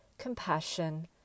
Compassion